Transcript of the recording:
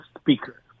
speaker